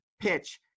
PITCH